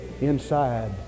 inside